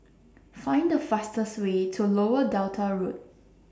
Find The fastest Way to Lower Delta Road